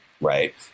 Right